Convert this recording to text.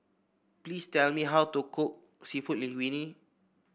please tell me how to cook seafood Linguine